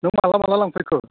नों माब्ला माब्ला लांफैखो